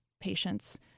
patients